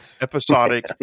episodic